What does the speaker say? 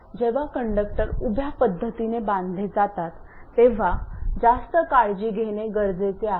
आणि जेव्हा कंडक्टर उभ्या पद्धतीने बांधले जातात तेव्हा जास्त काळजी घेणे गरजेचे आहे